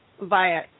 via